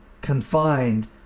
confined